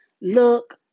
look